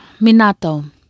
Minato